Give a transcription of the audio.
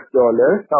dollars